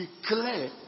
declare